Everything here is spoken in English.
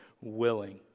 willing